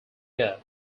year